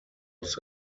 was